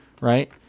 right